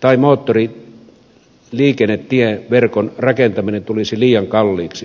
tai moottoriliikennetieverkon rakentaminen tulisi liian kalliiksi